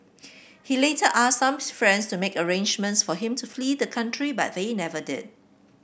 he later asked some friends to make arrangements for him to flee the country but they never did